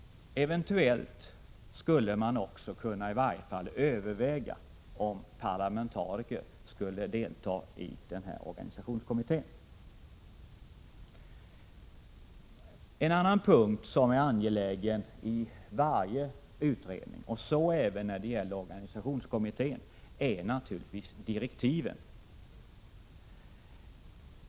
Eventuellt skulle man också kunna överväga om parlamentariker skall delta i organisationskommittén. En annan punkt som är angelägen i varje utredning, och så även i organisationskommittén, är direktiven.